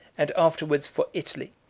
and afterwards for italy,